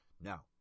Now